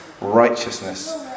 righteousness